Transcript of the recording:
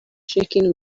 shaking